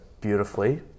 beautifully